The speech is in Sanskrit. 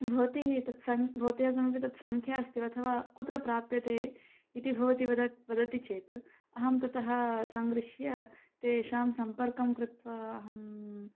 भवती एतत् सं भवत्याः समीपे तत्सङ्ख्या अस्ति अथवा कुत्र प्राप्यते इति भवति वदत् वदति चेत् अहं ततः सङ्गृह्य तेषां सम्पर्कं कृत्वा अहम्